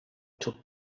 took